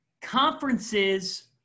conferences